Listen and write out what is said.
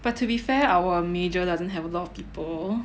but to be fair our major doesn't have a lot of people